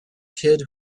kid